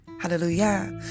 Hallelujah